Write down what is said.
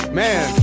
man